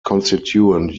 constituent